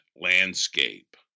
landscape